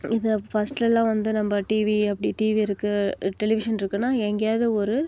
இதை ஃபஸ்ட்லலாம் வந்து நம்ம டிவி அப்படி டிவி இருக்குது டெலிவிஷன் இருக்குதுன்னா எங்கையாவது ஒரு